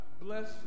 Bless